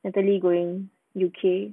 natalie going U_K